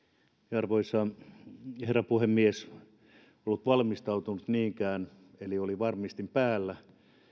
arvoisa herra puhemies en ollut valmistautunut niinkään eli oli varmistin päällä